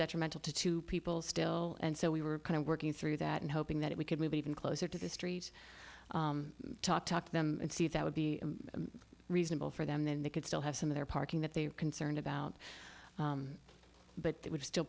detrimental to two people still and so we were kind of working through that and hoping that we could move even closer to the street talk talk to them and see if that would be reasonable for them then they could still have some of their parking that they are concerned about but that would still